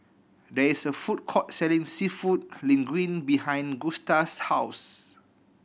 there is a food court selling Seafood Linguine behind Gusta's house